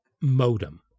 modem